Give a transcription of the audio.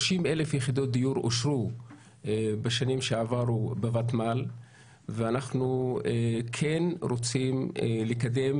30,000 יחידות דיון אושרו בשנים שעברו בותמ"ל ואנחנו רוצים לקדם